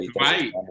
Right